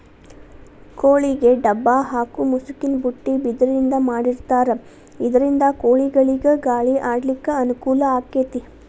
ಕೋಳಿಗೆ ಡಬ್ಬ ಹಾಕು ಮುಸುಕಿನ ಬುಟ್ಟಿ ಬಿದಿರಿಂದ ಮಾಡಿರ್ತಾರ ಇದರಿಂದ ಕೋಳಿಗಳಿಗ ಗಾಳಿ ಆಡ್ಲಿಕ್ಕೆ ಅನುಕೂಲ ಆಕ್ಕೆತಿ